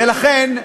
ולכן,